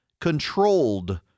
controlled